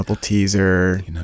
Teaser